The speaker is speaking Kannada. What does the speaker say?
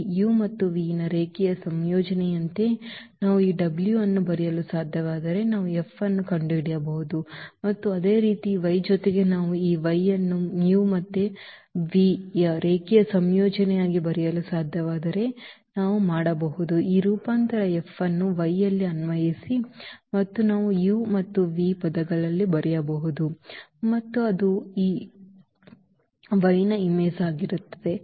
ಈ ಮತ್ತು ಯ ರೇಖೀಯ ಸಂಯೋಜನೆಯಂತೆ ನಾವು ಈ w ಅನ್ನು ಬರೆಯಲು ಸಾಧ್ಯವಾದರೆ ನಾವು F ಅನ್ನು ಕಂಡುಹಿಡಿಯಬಹುದು ಮತ್ತು ಅದೇ ರೀತಿ y ಜೊತೆಗೆ ನಾವು ಈ y ಅನ್ನು ಮತ್ತು ಯ ರೇಖೀಯ ಸಂಯೋಜನೆಯಾಗಿ ಬರೆಯಲು ಸಾಧ್ಯವಾದರೆ ನಾವು ಮಾಡಬಹುದು ಈ ರೂಪಾಂತರ F ಅನ್ನು y ಯಲ್ಲಿ ಅನ್ವಯಿಸಿ ಮತ್ತು ನಾವು u ಮತ್ತು v ಪದಗಳಲ್ಲಿ ಬರೆಯಬಹುದು ಮತ್ತು ಅದು ಈ y ನ ಚಿತ್ರವಾಗಿರುತ್ತದೆ